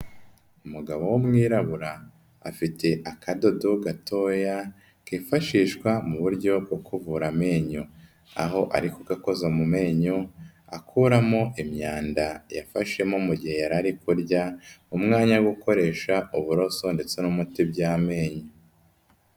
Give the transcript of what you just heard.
Umugabo w'umwirabura afite akadodo gatoya kifashishwa mu buryo bwo kuvura amenyo aho ari kugakoza mu menyo, akuramo imyanda yafashemo mu mugihe yari ari kurya mu mwanya wo gukoresha uburoso ndetse n'umuti by'amenyo.